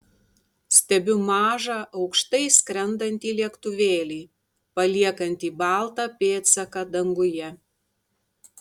stebiu mažą aukštai skrendantį lėktuvėlį paliekantį baltą pėdsaką danguje